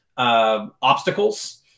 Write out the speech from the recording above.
Obstacles